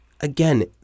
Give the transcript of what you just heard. Again